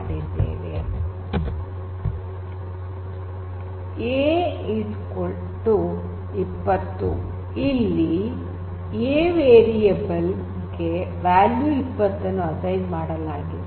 A 20 ಇಲ್ಲಿ A variable ಗೆ value 20 ಅನ್ನು ಅಸೈನ್ ಮಾಡಲಾಗಿದೆ